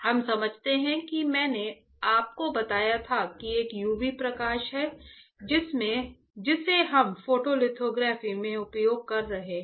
हम समझते हैं कि मैंने आपको बताया था कि एक UV प्रकाश है जिसे हम फोटोलिथोग्राफी में उपयोग कर रहे हैं